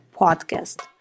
podcast